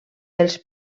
els